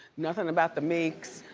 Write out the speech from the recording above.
nothing about the meeks,